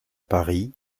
paris